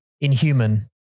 inhuman